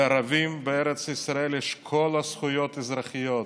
לערבים בארץ ישראל יש כל הזכויות האזרחיות,